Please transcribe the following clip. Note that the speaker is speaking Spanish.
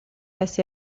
ese